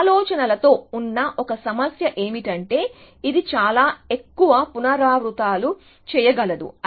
కాబట్టి ఆలోచనలతో ఉన్న ఒక సమస్య ఏమిటంటే ఇది చాలా ఎక్కువ పునరావృత్తులు చేయగలదు